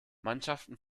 mannschaften